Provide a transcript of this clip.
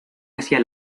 hacia